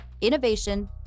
innovation